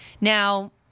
Now